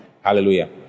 Hallelujah